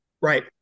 Right